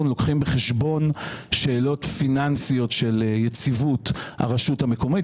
לוקחים בחשבון שאלות פיננסיות של יציבות הרשות המקומית.